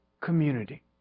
community